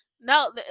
No